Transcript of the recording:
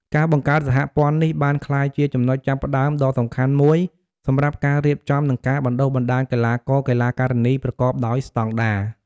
ការបង្កើតសហព័ន្ធនេះបានក្លាយជាចំណុចចាប់ផ្តើមដ៏សំខាន់មួយសម្រាប់ការរៀបចំ និងការបណ្ដុះបណ្ដាលកីឡាករ-កីឡាការិនីប្រកបដោយស្តង់ដារ។